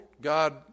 God